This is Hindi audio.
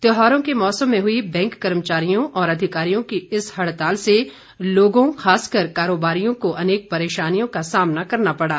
त्यौहारों के मौसम में हुई बैंक कर्मचारियों और अधिकारियों की इस हड़ताल से लोगों खासकर कारोबारियों को अनेक परेशानियों का सामना करना पड़ा